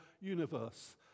universe